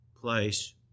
place